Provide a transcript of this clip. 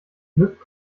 glück